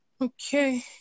Okay